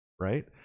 right